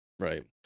right